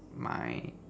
my